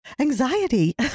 anxiety